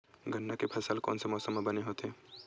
गन्ना के फसल कोन से मौसम म बने होथे?